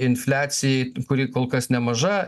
infliacijai kuri kol kas nemaža